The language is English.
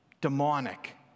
demonic